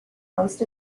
most